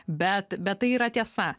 bet bet tai yra tiesa